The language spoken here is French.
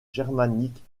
germanique